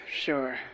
Sure